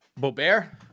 Bobert